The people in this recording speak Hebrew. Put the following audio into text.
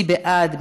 מי בעד?